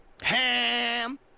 Ham